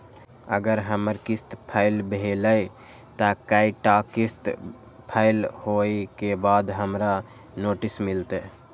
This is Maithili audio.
अगर हमर किस्त फैल भेलय त कै टा किस्त फैल होय के बाद हमरा नोटिस मिलते?